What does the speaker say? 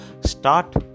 start